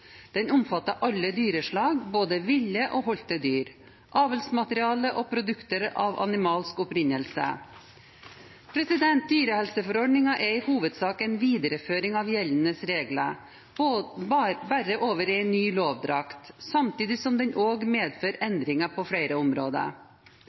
Den omfatter alle dyreslag, både ville og holdte dyr, avlsmateriale og produkter av animalsk opprinnelse. Dyrehelseforordningen er i hovedsak en videreføring av gjeldende regler, bare i ny lovdrakt, samtidig som den også medfører endringer på flere områder. EUs dyrehelseregler har som formål å forebygge og